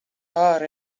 har